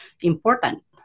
important